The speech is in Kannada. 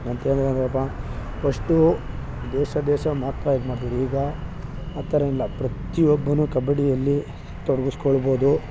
ನಂತರ ಏನಂದ್ರಪ್ಪ ಫಷ್ಟು ದೇಶ ದೇಶ ಮಾತ್ರ ಇದು ಮಾಡ್ತಿದ್ದರು ಈಗ ಆ ಥರ ಏನಿಲ್ಲ ಪ್ರತಿಯೊಬ್ಬನೂ ಕಬಡ್ಡಿಯಲ್ಲಿ ತೊಡಗಿಸ್ಕೊಳ್ಬೋದು